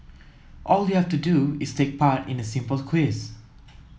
all you have to do is take part in a simple quiz